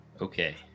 Okay